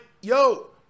yo